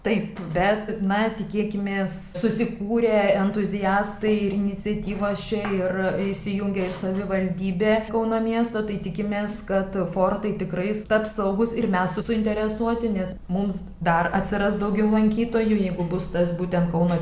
taip bet na tikėkimės susikūrė entuziastai ir iniciatyvos čia ir įsijungia ir savivaldybė kauno miesto tai tikimės kad fortai tikrai taps saugūs ir mes suinteresuoti nes mums dar atsiras daugiau lankytojų jeigu bus tas būtent kauno